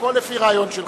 הכול לפי רעיון שלך.